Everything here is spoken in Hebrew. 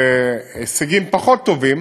בהישגים פחות טובים